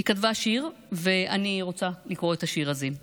היא כתבה שיר, ואני רוצה לקרוא את השיר הזה.